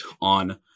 on